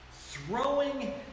throwing